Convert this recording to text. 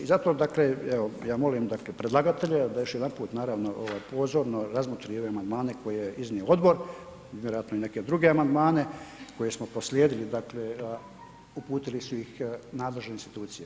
I zato dakle evo ja molim dakle predlagatelja da još jedanput naravno pozorno razmotri i ove amandmane koje je iznio odbor, vjerojatno i neke druge amandmane koje smo proslijedili, dakle uputili su ih nadležne institucije.